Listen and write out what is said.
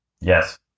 Yes